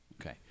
Okay